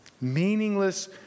meaningless